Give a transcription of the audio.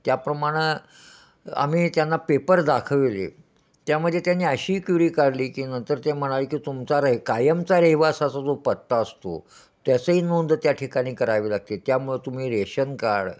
त्याप्रमाणं आम्ही त्यांना पेपर दाखविले त्यामध्ये त्यांनी अशी क्युरी काढली की नंतर ते म्हणाले की तुमचा र कायमचा रहिवासाचा जो पत्ता असतो त्याचाही नोंद त्या ठिकाणी करावी लागते त्यामुळं तुम्ही रेशन कार्ड